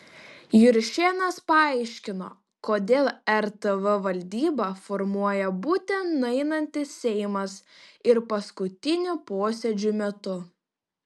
juršėnas paaiškino kodėl rtv valdybą formuoja būtent nueinantis seimas ir paskutinių posėdžių metu